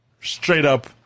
straight-up